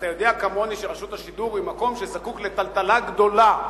אתה יודע כמוני שרשות השידור היא מקום שזקוק לטלטלה גדולה,